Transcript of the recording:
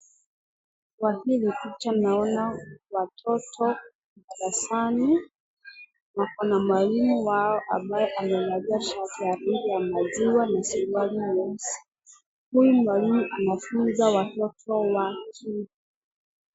Kwa hili picha naona watoto darasani na kuna mwalimu wao ambaye amevalia shati ya maziwa na suruali ya nyeusi. Huyu mwalimu anafunza watoto.